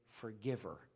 forgiver